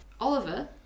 Oliver